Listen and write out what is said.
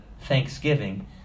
Thanksgiving